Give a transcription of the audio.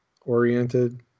oriented